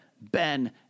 Ben